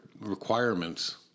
requirements